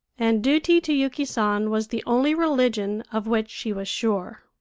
and duty to yuki san was the only religion of which she was sure.